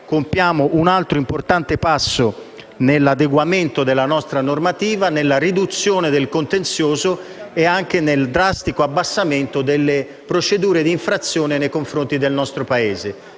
compiamo un altro importante passo nell'adeguamento della nostra normativa, nella riduzione del contenzioso e anche nel drastico abbassamento delle procedure di infrazione nei confronti del nostro Paese,